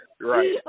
Right